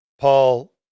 Paul